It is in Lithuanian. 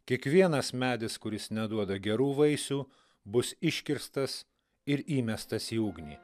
kiekvienas medis kuris neduoda gerų vaisių bus iškirstas ir įmestas į ugnį